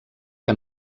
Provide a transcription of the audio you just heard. que